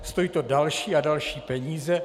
Stojí to další a další peníze.